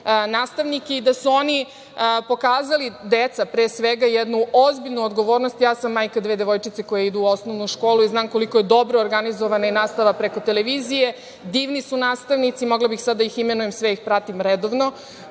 Deca su pokazala jednu ozbiljnu odgovornost. Ja sam majka dve devojčice koje idu u osnovnu školu i znam koliko je dobro organizovana i nastava preko televizije. Divni su nastavnici, ja bih sada mogla i da ih imenujem, sve ih pratim redovno.